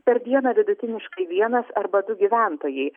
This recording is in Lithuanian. per dieną vidutiniškai vienas arba du gyventojai